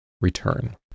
return